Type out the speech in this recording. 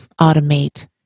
automate